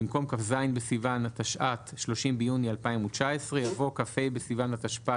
במקום "כ"ז בסיוון התשע"ט (30 ביוני 2019)" יבוא "כ"ה בסיוון התשפ"ד